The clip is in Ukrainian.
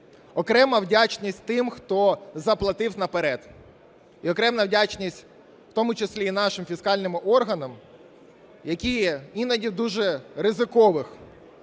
Окрема вдячність тим, хто заплатив наперед. І окрема вдячність в тому числі і нашим фіскальним органам, які іноді дуже в ризикових,